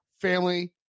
family